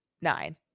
Nine